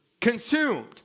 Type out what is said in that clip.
consumed